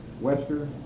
Wester